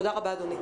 תודה רבה, אדוני.